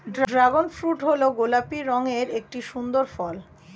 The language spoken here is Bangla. ড্র্যাগন ফ্রুট হল গোলাপি রঙের একটি সুন্দর ফল